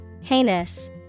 Heinous